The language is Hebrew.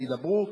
ידברו,